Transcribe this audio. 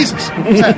Jesus